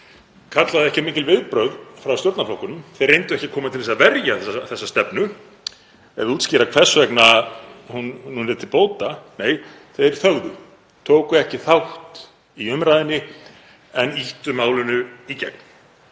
kallaði ekki á mikil viðbrögð frá stjórnarflokkunum. Þeir reyndu ekki að koma til þess að verja þessa stefnu eða útskýra hvers vegna hún væri til bóta. Nei, þeir þögðu. Þeir tóku ekki þátt í umræðunni en ýttu málinu í gegn.